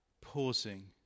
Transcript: pausing